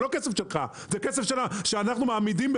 שאנחנו מעמידים,